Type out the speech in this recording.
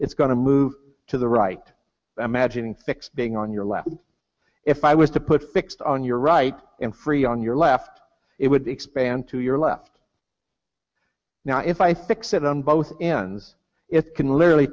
it's going to move to the right imagining fix being on your lap and if i was to put fixed on your right and free on your left it would expand to your left now if i fix it on both ends it can literally